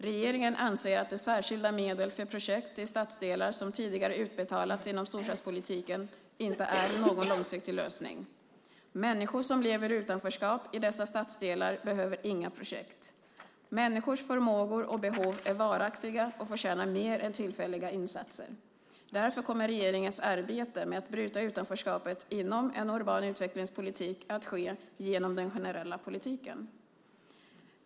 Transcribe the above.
Regeringen anser att de särskilda medel för projekt i stadsdelar som tidigare utbetalats inom storstadspolitiken inte är någon långsiktig lösning. Människor som lever i utanförskap i dessa stadsdelar behöver inga projekt. Människors förmågor och behov är varaktiga och förtjänar mer än tillfälliga insatser. Därför kommer regeringens arbete med att bryta utanförskapet inom en urban utvecklingspolitik att ske genom den generella politiken.